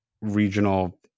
regional